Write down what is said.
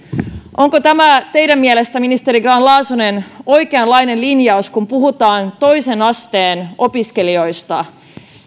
onko tämä teidän mielestänne ministeri grahn laasonen oikeanlainen linjaus kun puhutaan toisen asteen opiskelijoista